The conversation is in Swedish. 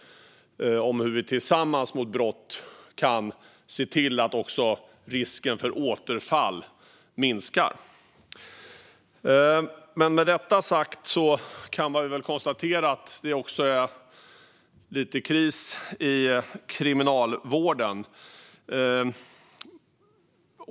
Om vi går samman mot brott kan vi också se till att risken för återfall minskar. Med detta sagt kan man konstatera att det dock är kris inom kriminalvården.